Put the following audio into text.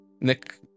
Nick